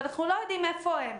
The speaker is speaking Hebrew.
ואנחנו לא יודעים איפה הם.